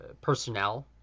personnel